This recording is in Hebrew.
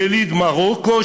יליד מרוקו,